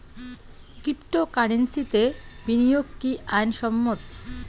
ক্রিপ্টোকারেন্সিতে বিনিয়োগ কি আইন সম্মত?